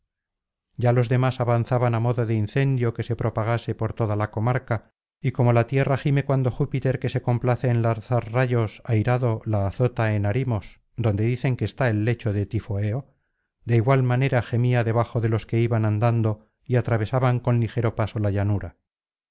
ya los demás avanzaban á modo de incendio que se propagase por toda la comarca y como la tierra gime cuando júpiter que se complace en lanzar rayos airado la azota en arimos donde dicen que está el lecho de tifoeo de igual manera gemía debajo de los que iban andando y atravesaban con ligero paso la llanura